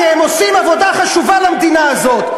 כי הם עושים עבודה חשובה למדינה הזאת,